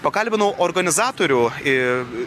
pakalbinau organizatorių ir